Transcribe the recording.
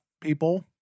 people